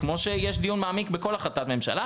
כמו שיש דיון מעמיק בכל החלטת ממשלה.